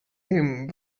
him